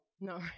No